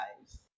lives